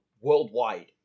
worldwide